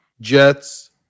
Jets